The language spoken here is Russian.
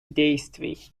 действий